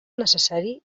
necessari